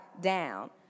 down